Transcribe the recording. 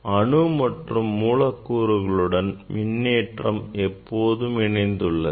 அணு மற்றும் மூலக்கூறுகளுடன் மின்னேற்றம் எப்போதும் இணைந்துள்ளது